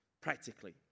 practically